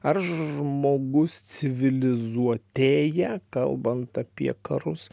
ar žmogus civilizuotėja kalbant apie karus